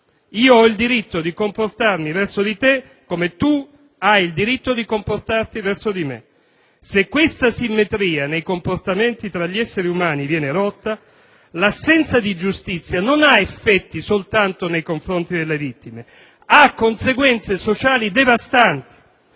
Io ho il diritto di comportarmi verso di te come tu hai il diritto di comportarti verso di me. Se questa simmetria nei comportamenti tra gli esseri umani viene rotta, l'assenza di giustizia non ha effetti soltanto nei confronti delle vittime, ma ha conseguenze sociali devastanti.